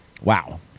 wow